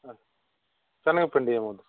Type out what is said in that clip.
శనగ పిండి ఏమొద్దా